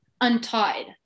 untied